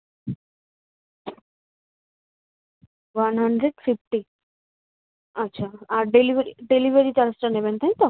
one hundred fifty আচ্ছা আর delivery delivery চার্জটা নেবেন তাই তো